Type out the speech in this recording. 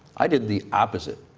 i did the opposite.